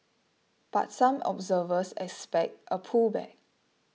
but some observers expect a pullback